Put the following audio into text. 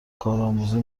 کارآموزی